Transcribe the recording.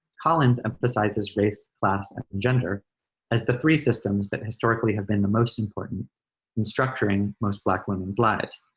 collins emphasizes race, class and gender as the three systems that historically have been the most important in structuring most black women's lives.